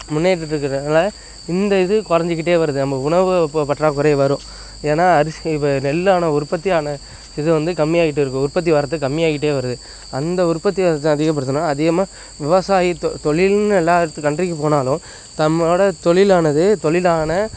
முன்னேரிட்டு இருக்கிறதுனால இந்த இது குறஞ்சிக்கிட்டே வருது நமக்கு உணவுப் ப பற்றாக்குறை வரும் ஏன்னா அரிசி இப்போ நெல்லோட உற்பத்திக்கான இது வந்து கம்மியாக்கிட்டு இருக்கு உற்பத்தி வரத்து கம்மியாயிக்கிட்டே வருது அந்த உற்பத்தி வரத்து அதிகப்படுத்தணுன்னா அதிகமாக விவசாயி தொ தொலில்னு எல்லா கண்ட்ரிக்கு போனாலும் தம்மோட தொழிலானது தொழிலான